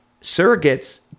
Surrogates